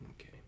Okay